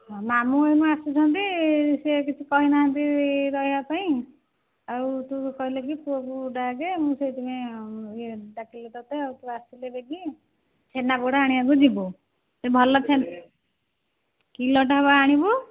ମାମୁଁ ଏଇନେ ଆସିଛନ୍ତି ସେ କିଛି କହିନାହାନ୍ତି ରହିବା ପାଇଁ ଆଉ ତୁ କହିଲେ କି ପୁଅକୁ ଡାକେ ମୁଁ ସେଥିପାଇଁ ୟେ ଡାକିଲି ତୋତେ ଆଉ ତୁ ଆସିଲେ ବେଗି ଛେନାପୋଡ଼ ଆଣିବାକୁ ଯିବୁ ସେ ଭଲ ଛେନ କିଲୋଟା ବା ଆଣିବୁ